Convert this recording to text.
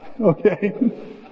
okay